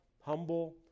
humble